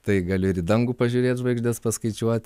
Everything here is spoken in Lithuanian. tai galiu ir į dangų pažiūrėti žvaigždes paskaičiuot